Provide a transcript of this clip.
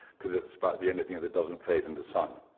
because it's about the only thing that doesn't fade in the sun.